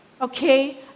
Okay